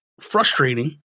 frustrating